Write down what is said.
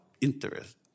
interest